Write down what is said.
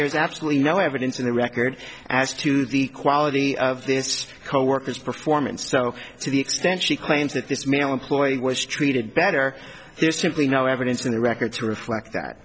there's absolutely no evidence in the record as to the quality of this coworker's performance so to the extent she claims that this male employee was treated better there's simply no evidence in the record to reflect that